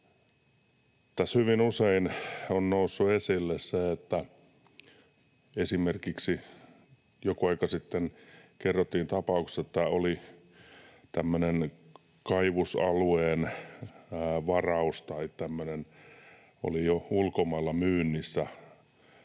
Tässä hyvin usein on noussut esille: esimerkiksi joku aika sitten kerrottiin tapauksesta, että oli tämmöinen kaivosalueen varaus jo ulkomailla myynnissä